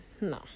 No